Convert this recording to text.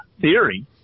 theory